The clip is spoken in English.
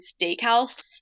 Steakhouse